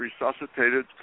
resuscitated